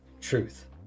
truth